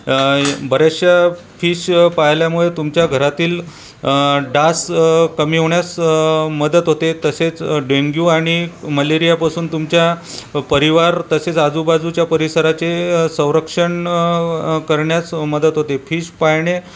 बऱ्याचशा फिश पाळल्यामुळे तुमच्या घरातील डास कमी होण्यास मदत होते तसेच डेंग्यू आणि मलेरियापासून तुमच्या परिवार तसेच आजूबाजूच्या परिसराचे संरक्षण करण्यास मदत होते फिश पाळणे